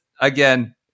Again